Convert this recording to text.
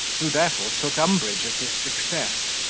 who therefore took umbrage at his success,